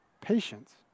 patience